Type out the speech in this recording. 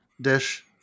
dish